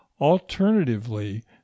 Alternatively